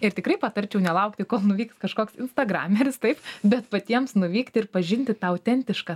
ir tikrai patarčiau nelaukti kol nuvyks kažkoks instagrameris taip bet patiems nuvykti ir pažinti tą autentišką